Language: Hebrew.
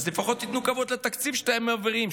אז לפחות תיתנו כבוד לתקציב שאתם מעבירים,